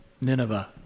Nineveh